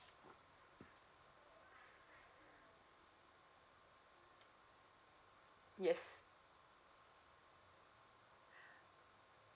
yes